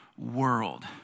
World